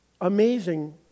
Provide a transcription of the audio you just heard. amazing